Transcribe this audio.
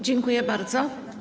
Dziękuję bardzo.